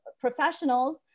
professionals